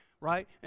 right